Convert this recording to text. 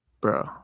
bro